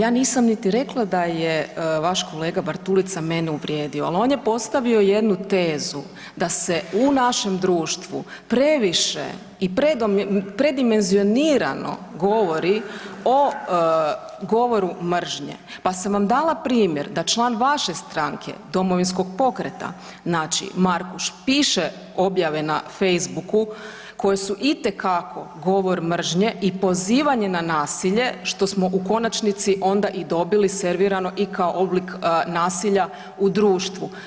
Pa ja nisam niti rekla da je vaš kolega Bartulica mene uvrijedio, ali on je postavio jednu tezu da se u našem društvu previše i predimenzionirano govori o govoru mržnje pa sam vam dala primjer, da član vaše stranke, Domovinskog pokreta, znači ... piše objave na Facebooku koje su itekako govor mržnje i pozivanje na nasilje, što smo u konačnici onda i dobili servirano i kao oblik nasilja u društvu.